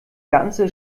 ganze